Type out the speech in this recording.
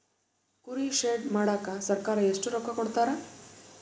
ಕುರಿ ಶೆಡ್ ಮಾಡಕ ಸರ್ಕಾರ ಎಷ್ಟು ರೊಕ್ಕ ಕೊಡ್ತಾರ?